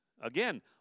Again